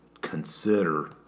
consider